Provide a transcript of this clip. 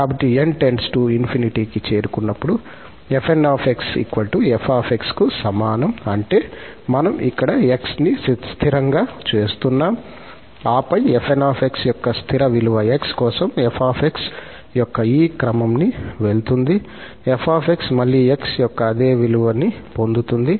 కాబట్టి 𝑛 →∞ కి చేరుకున్నప్పుడు 𝑓𝑛𝑥 𝑓𝑥 కు సమానం అంటే మనం ఇక్కడ 𝑥 ని స్థిరంగా చేస్తున్నాం ఆపై 𝑓𝑛 𝑥 యొక్క స్థిర విలువ 𝑥 కోసం 𝑓 𝑥 యొక్క ఈ క్రమంని వెళ్తుంది 𝑓 𝑥 మళ్ళీ 𝑥 యొక్క అదే విలువ ని పొందుతుంది